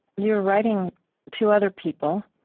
you were writing to other people,